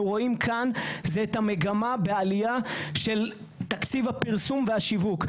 רואים כאן זה את המגמה בעלייה של תקציב הפרסום והשיווק.